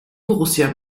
borussia